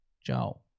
ciao